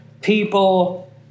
people